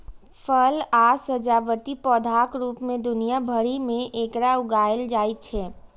फल आ सजावटी पौधाक रूप मे दुनिया भरि मे एकरा उगायल जाइ छै